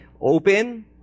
open